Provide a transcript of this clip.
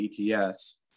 ETS